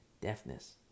Deafness